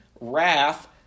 Wrath